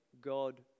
god